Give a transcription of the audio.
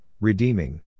redeeming